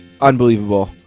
unbelievable